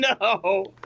no